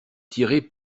tirer